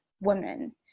women